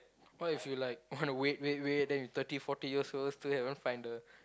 what if you like wanna wait wait wait then you thirty forty years old still haven't find the